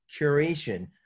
curation